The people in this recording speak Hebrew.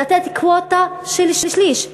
לתת קווטה של שליש,